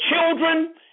children